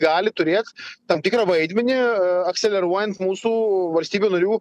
gali turėt tam tikrą vaidmenį akceleruojant mūsų valstybių narių